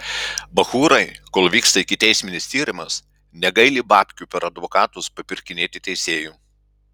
bachūrai kol vyksta ikiteisminis tyrimas negaili babkių per advokatus papirkinėti teisėjų